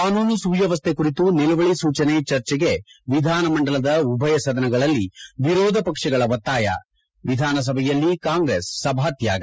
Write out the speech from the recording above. ಕಾನೂನು ಸುವ್ಲವಸ್ಥೆ ಕುರಿತು ನಿಲುವಳಿ ಸೂಚನೆ ಚರ್ಚೆಗೆ ವಿಧಾನಮಂಡಲದ ಉಭಯ ಸದನಗಳಲ್ಲಿ ವಿರೋಧ ಪಕ್ಷಗಳ ಒತ್ತಾಯ ವಿಧಾನಸಭೆಯಲ್ಲಿ ಕಾಂಗ್ರೆಸ್ ಸಭಾತ್ಯಾಗ